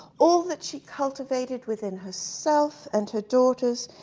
all that she cultivated within herself and her daughters,